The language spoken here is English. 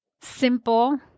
simple